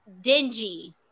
dingy